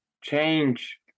change